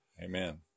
Amen